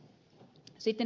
kun ed